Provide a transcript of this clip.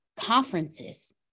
conferences